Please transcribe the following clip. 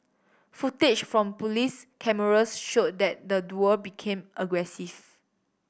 footage from police cameras showed that the duo became aggressive